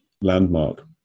landmark